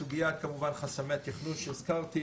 בנוסף כמובן, סוגיית חסמי התכנון שהזכרתי.